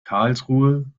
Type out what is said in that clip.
karlsruhe